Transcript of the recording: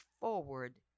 forward